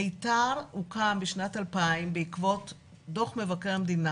מיתר הוקם בשנת 2000 בעקבות דוח מבקר המדינה